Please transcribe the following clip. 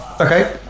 okay